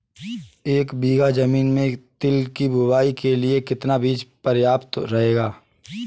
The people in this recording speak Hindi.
एक बीघा ज़मीन में तिल की बुआई के लिए कितना बीज प्रयाप्त रहेगा?